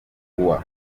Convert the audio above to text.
kuwa